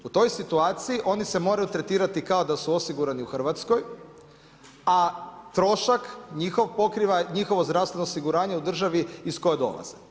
U toj situaciji oni se moraju tretirati kao da su osigurani u Hrvatskoj, a trošak njihov pokriva njihovo zdravstveno osiguranje u državi iz koje dolaze.